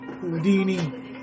Houdini